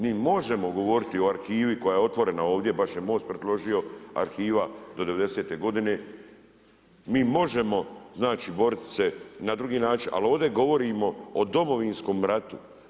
Mi možemo govoriti o arhivi koja je otvorena ovdje, baš je MOST predložio arhive do '90.–te godine, mi možemo znači boriti se na drugi način ali ovdje govorimo o Domovinskom ratu.